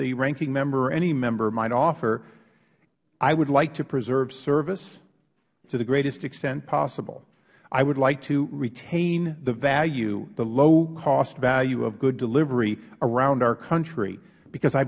the ranking member or any member might offer i would like to preserve service to the greatest extent possible i would like to retain the value the low cost value of good delivery around our country because i